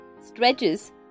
Stretches